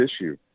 issue